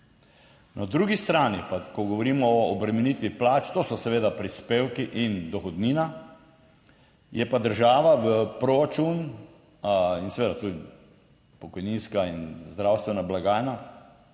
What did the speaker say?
Na drugi strani pa, ko govorimo o obremenitvi plač, to so seveda prispevki in dohodnina, je pa država v proračun in seveda tudi pokojninska in zdravstvena blagajna,